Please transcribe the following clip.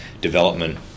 development